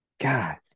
God